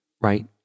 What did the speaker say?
right